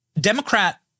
Democrat